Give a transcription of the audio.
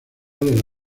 del